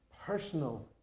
personal